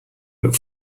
that